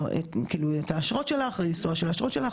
ויש גם פירוט קצר לגבי מי המעסיק